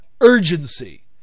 urgency